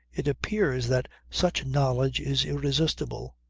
it appears that such knowledge is irresistible.